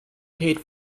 paid